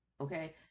okay